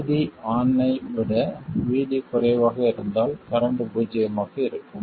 VD ON விட VD குறைவாக இருந்தால் கரண்ட் பூஜ்ஜியமாக இருக்கும்